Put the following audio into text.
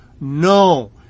No